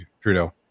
Trudeau